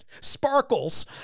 sparkles